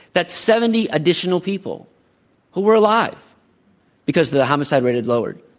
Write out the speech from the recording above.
that's seventy additional people who are alive because the homicide rate had lowered.